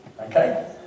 Okay